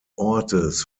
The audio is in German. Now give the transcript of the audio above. ortes